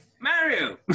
Mario